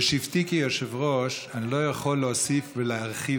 בשבתי כיושב-ראש אני לא יכול להוסיף ולהרחיב